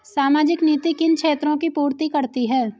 सामाजिक नीति किन क्षेत्रों की पूर्ति करती है?